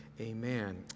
Amen